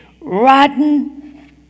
rotten